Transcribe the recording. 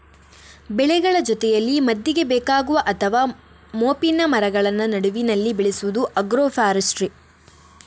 ಬೆಳೆಗಳ ಜೊತೆಯಲ್ಲಿ ಮದ್ದಿಗೆ ಬೇಕಾಗುವ ಅಥವಾ ಮೋಪಿನ ಮರಗಳನ್ನ ನಡುವಿನಲ್ಲಿ ಬೆಳೆಸುದು ಆಗ್ರೋ ಫಾರೆಸ್ಟ್ರಿ